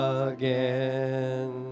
again